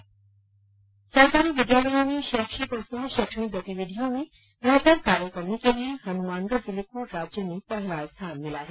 सरकारी विद्यालयों में शैक्षिक और सह शैक्षणिक गतिविधियों में बेहतर कार्य करने के लिए हनुमानगढ़ जिले को राज्य में पहला स्थान मिला है